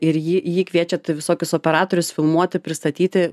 ir į jį į jį kviečiat visokius operatorius filmuoti pristatyti